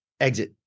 exit